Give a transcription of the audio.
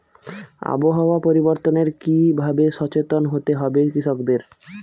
আবহাওয়া পরিবর্তনের কি ভাবে সচেতন হতে হবে কৃষকদের?